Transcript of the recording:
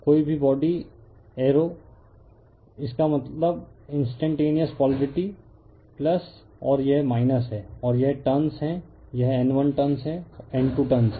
कोई भी एयरो का मतलब इंसटेटेनिअस पोलारिटी और यह है और यह टर्नस है यह N1 टर्नस N2 टर्नस है